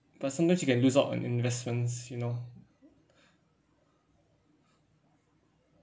but sometimes you can lose out on investments you know